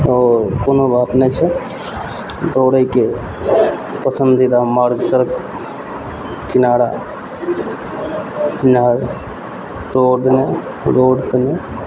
आओर कोनो बात नहि छै दौड़यके पसन्दीदा मार्ग सड़क किनारा नहर मे रोडपर मे